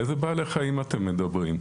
על איזה בעלי חיים אתם מדברים?